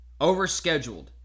overscheduled